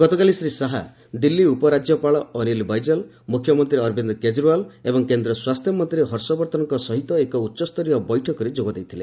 ଗତକାଲି ଶ୍ରୀ ଶାହା ଦିଲ୍ଲୀ ଉପରାଜ୍ୟପାଳ ଅନିଲ୍ ବୈଜଲ୍ ମୁଖ୍ୟମନ୍ତ୍ରୀ ଅରବିନ୍ଦ କେଜରିଓ୍ବାଲ୍ ଓ କେନ୍ଦ୍ର ସ୍ୱାସ୍ଥ୍ୟମନ୍ତ୍ରୀ ହର୍ଷବର୍ଦ୍ଧନଙ୍କ ସହିତ ଏକ ଉଚ୍ଚସ୍ତରୀୟ ବୈଠକରେ ଯୋଗ ଦେଇଥିଲେ